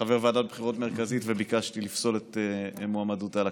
חבר ועדת בחירות מרכזית וביקשתי לפסול את מועמדותה לכנסת.